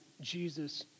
Jesus